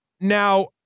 Now